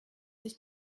sich